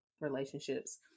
relationships